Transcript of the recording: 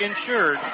insured